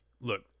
Look